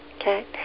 Okay